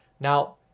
Now